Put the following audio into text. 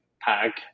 pack